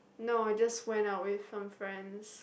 no I just went out with some friends